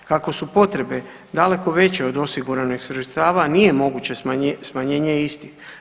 Kako su potrebe daleko veće od osiguranih sredstava nije moguće smanjenje istih.